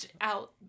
out